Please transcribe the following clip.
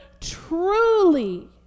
truly